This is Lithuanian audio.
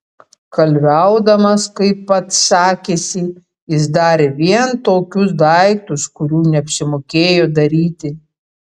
kalviaudamas kaip pats sakėsi jis darė vien tokius daiktus kurių neapsimokėjo daryti